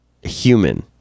human